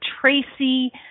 Tracy